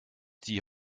die